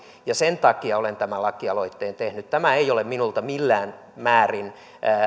sen takia olen tämän lakialoitteen tehnyt tämä ei ole minulta millään määrin